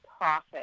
profit